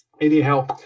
Anyhow